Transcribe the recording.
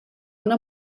una